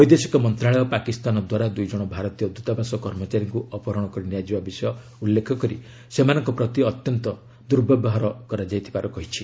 ବୈଦେଶିକ ମନ୍ତ୍ରଣାଳୟ ପାକିସ୍ତାନ ଦ୍ୱାରା ଦୁଇଜଣ ଭାରତୀୟ ଦୂତାବାସ କର୍ମଚାରୀଙ୍କୁ ଅପହରଣ କରି ନିଆଯିବା ବିଷୟ ଉଲ୍ଲେଖ କରି ସେମାନଙ୍କ ପ୍ରତି ଅତ୍ୟନ୍ତ ଦୁର୍ବ୍ୟବହାର କରାଯାଇଥିବାର କହିଛି